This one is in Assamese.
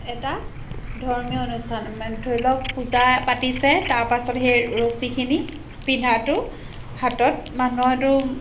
এটা ধৰ্মীয় অনুষ্ঠান মানে ধৰি লওক পূজা পাতিছে তাৰপাছত সেই ৰছীখিনি পিন্ধাটো হাতত মানুহৰ সেইটো